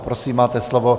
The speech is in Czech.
Prosím, máte slovo.